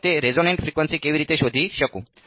તો હું તે રેઝોનેટ ફ્રિકવન્સી કેવી રીતે શોધી શકું